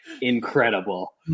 incredible